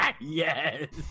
Yes